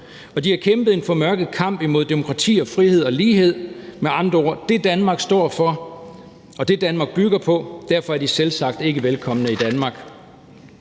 De har kæmpet en formørket kamp imod demokrati og frihed og lighed – med andre ord: imod det, Danmark står for, og det, Danmark bygger på. Derfor er de selvsagt ikke velkomne i Danmark.